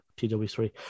TW3